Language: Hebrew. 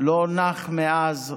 לא נח מאז,